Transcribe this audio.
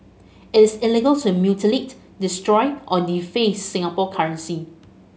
it is illegal to mutilate destroy or deface Singapore currency